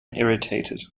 irritated